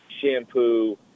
shampoo